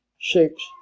six